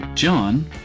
John